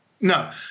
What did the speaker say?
No